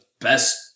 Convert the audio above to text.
best